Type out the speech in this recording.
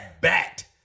Bat